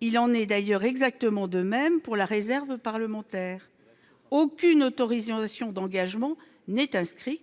il en est d'ailleurs exactement de même pour la réserve parlementaire aucune autorisé en notion d'engagement n'est inscrit,